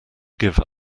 give